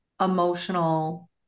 emotional